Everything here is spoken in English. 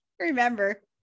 Remember